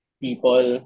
people